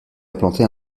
implanté